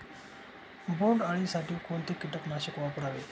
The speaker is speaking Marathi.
बोंडअळी साठी कोणते किटकनाशक वापरावे?